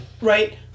Right